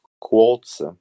quotes